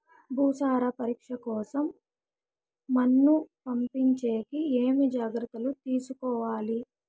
భూసార పరీక్ష కోసం మన్ను పంపించేకి ఏమి జాగ్రత్తలు తీసుకోవాలి?